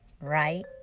right